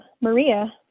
Maria